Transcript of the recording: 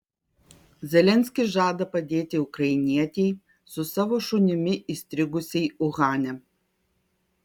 zelenskis žada padėti ukrainietei su savo šunimi įstrigusiai uhane